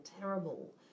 terrible